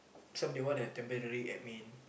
some they want a temporary admin